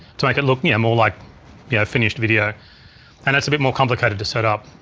to make it look yeah more like yeah finished video and it's a bit more complicated to set up.